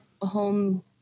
home